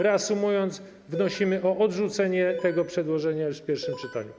Reasumując, wnosimy o odrzucenie tego przedłożenia już w pierwszym czytaniu.